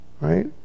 right